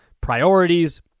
priorities